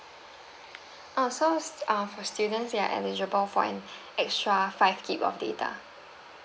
uh so uh students you're eligible for an extra five gig of data